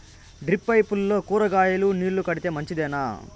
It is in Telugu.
డ్రిప్ పైపుల్లో కూరగాయలు నీళ్లు కడితే మంచిదేనా?